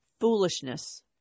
foolishness